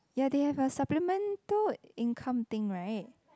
ya they have a supplemental income thing [right]